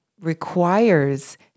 requires